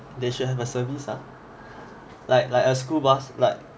they should have a service ah like like a school bus like